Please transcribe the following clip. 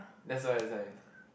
that's why that's why